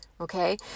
okay